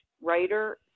writer